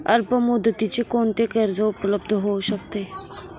अल्पमुदतीचे कोणते कर्ज उपलब्ध होऊ शकते?